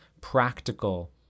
practical